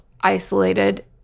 isolated